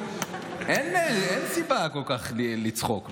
אין סיבה כל כך לצחוק,